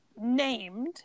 named